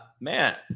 man